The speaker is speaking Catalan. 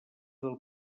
del